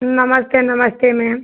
नमस्ते नमस्ते मैम